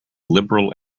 liberal